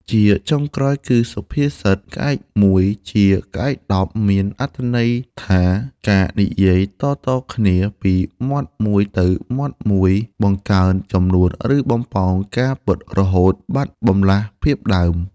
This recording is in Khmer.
ជាចុងក្រោយគឺសុភាសិត "ក្អែកមួយជាក្អែកដប់" មានអត្ថន័យថា ការនិយាយតៗគ្នាពីមាត់មួយទៅមាត់មួយ បង្កើនចំនួនឬបំប៉ោងការពិតរហូតបាត់បម្លាស់ភាពដើម។